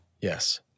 Yes